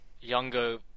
younger